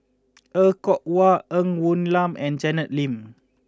Er Kwong Wah Ng Woon Lam and Janet Lim